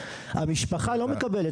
המשפחה לא מקבלת,